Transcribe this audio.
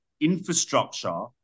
infrastructure